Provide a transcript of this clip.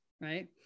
right